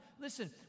Listen